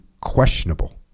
questionable